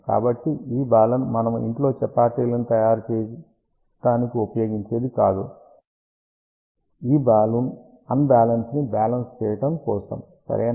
కాబట్టి బాలన్ మనము ఇంట్లో చపాతీలు తయారు చేయటానికి ఉపయోగించేది కాదు ఈ బాలున్ అన్ బ్యాలన్స్ ని బ్యాలన్స్ చేయటం కోసం సరేనా